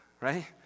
Right